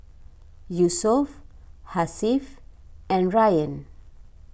Yusuf Hasif and Ryan